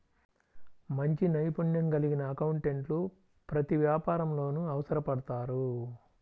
మంచి నైపుణ్యం కలిగిన అకౌంటెంట్లు ప్రతి వ్యాపారంలోనూ అవసరపడతారు